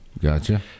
Gotcha